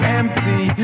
empty